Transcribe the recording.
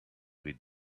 with